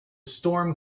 storm